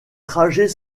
trajet